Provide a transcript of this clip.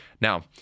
Now